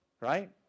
Right